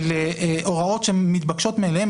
של הוראות שהן מתבקשות מאליהן.